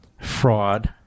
fraud